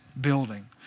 building